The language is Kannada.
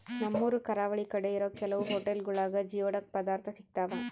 ನಮ್ಮೂರು ಕರಾವಳಿ ಕಡೆ ಇರೋ ಕೆಲವು ಹೊಟೆಲ್ಗುಳಾಗ ಜಿಯೋಡಕ್ ಪದಾರ್ಥ ಸಿಗ್ತಾವ